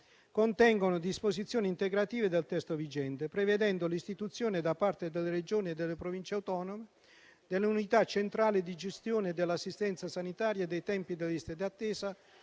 contengono disposizioni integrative del testo vigente, prevedendo l'istituzione da parte delle Regioni e delle Province autonome dell'Unità centrale di gestione dell'assistenza sanitaria e dei tempi delle liste d'attesa,